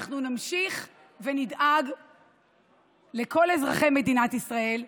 אנחנו נמשיך ונדאג לכל אזרחי מדינת ישראל,